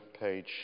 page